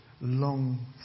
long